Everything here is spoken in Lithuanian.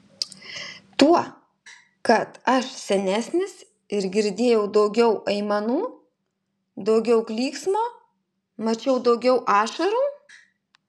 tuo kad aš senesnis ir girdėjau daugiau aimanų daugiau klyksmo mačiau daugiau ašarų